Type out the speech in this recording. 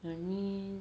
you mean